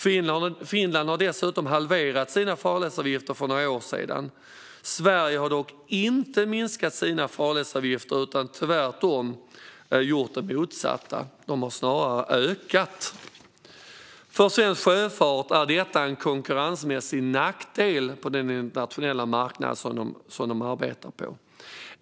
Finland halverade dessutom sina farledsavgifter för några år sedan. Sverige har dock inte minskat sina farledsavgifter. Tvärtom har vi gjort det motsatta: De har snarare ökat. För svensk sjöfart är detta en konkurrensmässig nackdel på den internationella marknad där man arbetar.